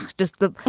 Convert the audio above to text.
just the